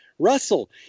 Russell